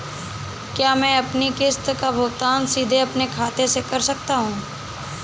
क्या मैं अपनी किश्त का भुगतान सीधे अपने खाते से कर सकता हूँ?